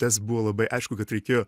tas buvo labai aišku kad reikėjo